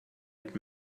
had